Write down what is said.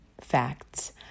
facts